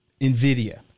NVIDIA